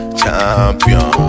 champion